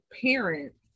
parents